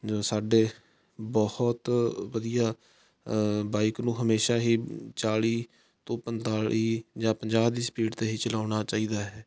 ਜੋ ਸਾਡੇ ਬਹੁਤ ਵਧੀਆ ਬਾਈਕ ਨੂੰ ਹਮੇਸ਼ਾਂ ਹੀ ਚਾਲ੍ਹੀ ਤੋਂ ਪੰਤਾਲੀ ਜਾਂ ਪੰਜਾਹ ਦੀ ਸਪੀਡ 'ਤੇ ਹੀ ਚਲਾਉਣਾ ਚਾਹੀਦਾ ਹੈ